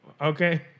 Okay